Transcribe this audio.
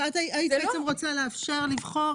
את היית רוצה לאפשר לבחור,